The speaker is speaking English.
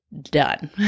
done